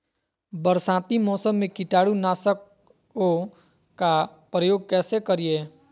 बरसाती मौसम में कीटाणु नाशक ओं का प्रयोग कैसे करिये?